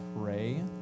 pray